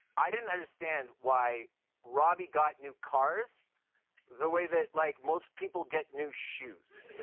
i didn't understand why robbie got new cars the way that, like, most people get new shoes.